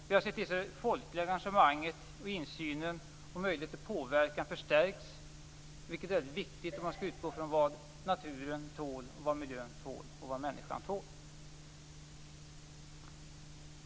Vi har sett till att folkligt engagemang, insyn och möjlighet till påverkan förstärks, vilket är väldigt viktigt om man skall utgå från vad naturen, miljön och människan tål.